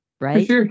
right